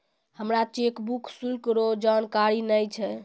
हमरा चेकबुक शुल्क रो जानकारी नै छै